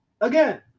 again